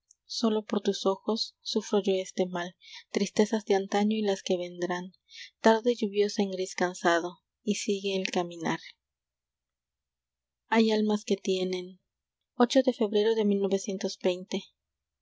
sólo por tus ojos sufro yo este mal tristezas de antaño y las que vendrán tarde lluviosa en gris cansado y sigue el caminar biblioteca nacional de febrero de